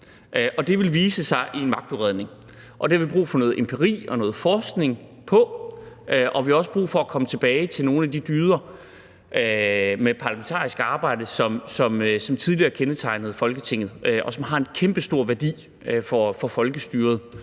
Det ville vise sig i en magtudredning. Det har vi brug for noget empiri og noget forskning på, og vi har også brug for at komme tilbage til nogle af de dyder med parlamentarisk arbejde, som tidligere kendetegnede Folketinget, og som har en kæmpestor værdi for folkestyret,